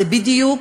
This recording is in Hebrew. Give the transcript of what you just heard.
זה בדיוק